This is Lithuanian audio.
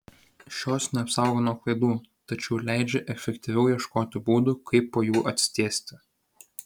šios neapsaugo nuo klaidų tačiau leidžia efektyviau ieškoti būdų kaip po jų atsitiesti